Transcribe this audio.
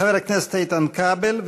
חבר הכנסת איתן כבל,